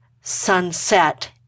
sunset